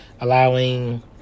allowing